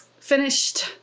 finished